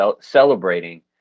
celebrating